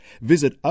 Visit